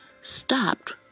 Stopped